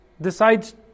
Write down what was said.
decides